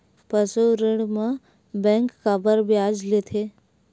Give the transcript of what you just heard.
पशु ऋण म बैंक काबर ब्याज लेथे?